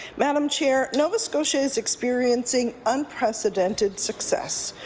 madam chair, nova scotia is experiencing unprecedented success.